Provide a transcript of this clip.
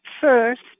first